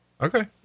Okay